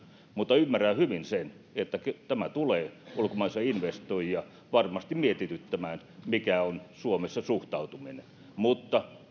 mutta ymmärrän hyvin sen että tämä tulee ulkomaisia investoijia varmasti mietityttämään mikä on suomessa suhtautuminen mutta